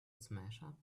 smashup